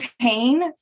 pain